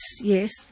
yes